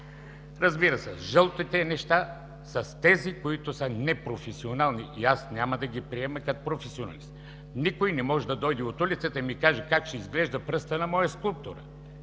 Разбира се, жълтите неща са тези, които са непрофесионални и аз няма да ги приема като професионалист. Никой не може да дойде от улицата и да ми кажа как ще изглежда пръстът на моя скулптура,